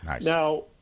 Now